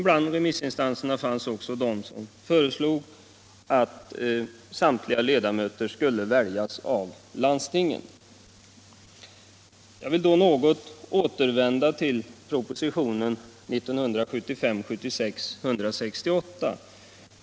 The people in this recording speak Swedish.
Bland remissinstanserna fanns de som föreslog att samtliga ledamöter skulle Jag vill återvända till propositionen 1975/76:168.